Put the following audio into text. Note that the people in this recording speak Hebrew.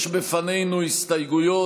יש בפנינו הסתייגויות.